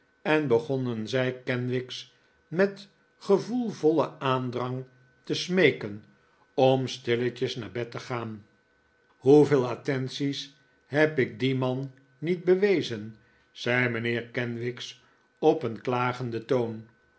en begonnen zij kenwigs met gevoelvollen aandrang te smeeken om stilletjes naar bed te gaan hoeveel attenties heb ik dien man niet bewezen zei mijnheer kenwigs op een klagenden toon